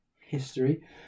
history